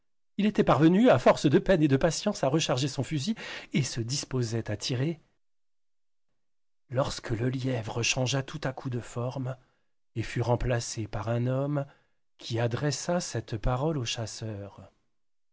il était parvenu à force de peine et de patience à recharger son fusil et se disposait à tirer lorsque le lièvre changea tout-à-coup de forme et fut remplacé par un homme qui adressa cette parole au chasseur